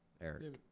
Eric